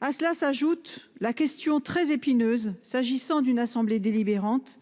À cela s'ajoute la question très épineuse s'agissant d'une assemblée délibérante